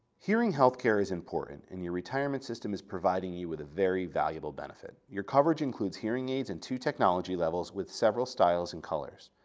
hearing healthcare is important and your retirement system is providing you with a very valuable benefit. your coverage includes hearings aids in two technology levels with several styles and colors.